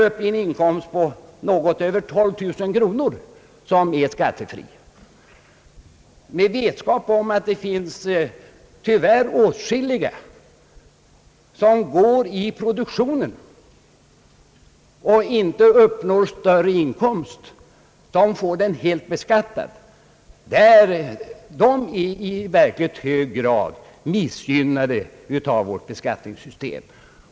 Vi vet att det tyvärr finns åtskilliga som går i produktionen och inte når större inkomst men får den helt beskattad. De är i verkligt hög grad missgynnade av vårt beskattningssystem.